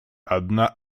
одна